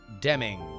Deming